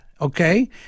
Okay